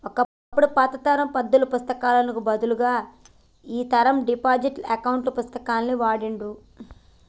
ఒకప్పటి పాత తరం పద్దుల పుస్తకాలకు బదులు ఈ తరం డిజిటల్ అకౌంట్ పుస్తకాన్ని వాడుర్రి